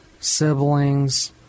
siblings